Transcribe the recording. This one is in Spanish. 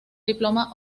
diploma